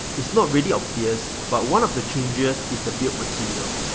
it's not really obvious but one of the changes is the build material.